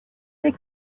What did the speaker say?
they